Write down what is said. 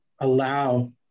allow